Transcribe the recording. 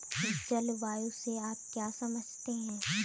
जलवायु से आप क्या समझते हैं?